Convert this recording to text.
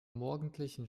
morgendlichen